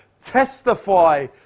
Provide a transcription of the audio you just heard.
testify